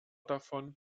davon